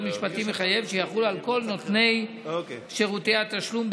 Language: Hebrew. משפטי מחייב שיחול על כל נותני שירותי התשלום,